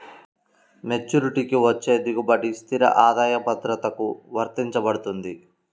మెచ్యూరిటీకి వచ్చే దిగుబడి స్థిర ఆదాయ భద్రతకు వర్తించబడుతుంది